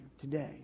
today